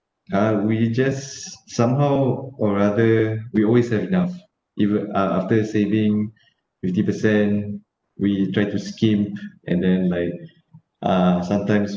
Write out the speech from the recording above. uh we just somehow or rather we always have enough even a~ after saving fifty percent we try to scheme and then like uh sometimes